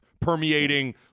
permeating